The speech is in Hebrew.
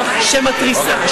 שמתריסה,